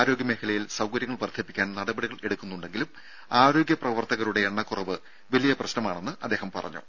ആരോഗ്യ മേഖലയിൽ സൌകര്യങ്ങൾ വർദ്ധിപ്പിക്കാൻ നടപടികൾ എടുക്കുന്നുണ്ടെങ്കിലും ആരോഗ്യ പ്രവർത്തകരുടെ എണ്ണക്കുറവ് വലിയ പ്രശ്നമാണെന്ന് അദ്ദേഹം പറഞ്ഞു